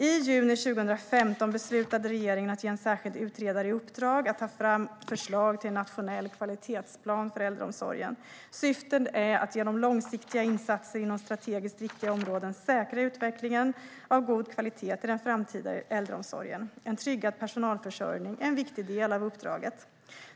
I juni 2015 beslutade regeringen att ge en särskild utredare i uppdrag att ta fram förslag till en nationell kvalitetsplan för äldreomsorgen. Syftet är att genom långsiktiga insatser inom strategiskt viktiga områden säkra utvecklingen av god kvalitet i den framtida äldreomsorgen. En tryggad personalförsörjning är en viktig del av uppdraget.